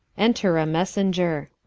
enter a messenger.